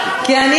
כי אנחנו,